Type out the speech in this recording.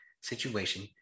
situation